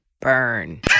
Burn